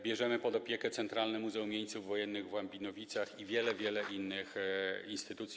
Bierzemy pod opiekę Centralne Muzeum Jeńców Wojennych w Łambinowicach i wiele, wiele innych instytucji.